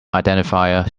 identifier